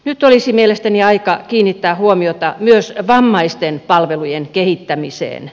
nyt olisi mielestäni aika kiinnittää huomiota myös vammaisten palvelujen kehittämiseen